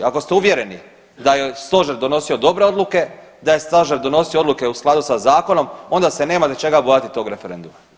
Ako ste uvjereni da je stožer donosio dobre odluke, da je stožer donosio odluke u skladu sa zakonom onda se nemate čega bojati tog referenduma.